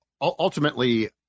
ultimately –